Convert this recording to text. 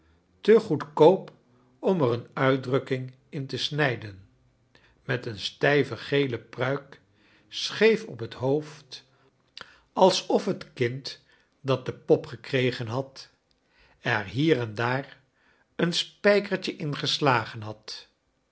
te goedkoop om er een uitdrukking in te snijden met een stijve gele pruik scheef op het hoofd alsof het kind dat de pop gekregen charles dickens had er hier en daar een spijkertje in geslagen had